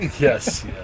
yes